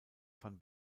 van